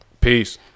peace